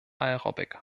aerobic